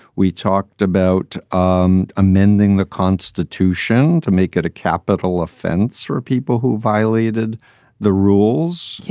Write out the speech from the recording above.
we talked about um amending the constitution to make it a capital offense for people who violated the rules.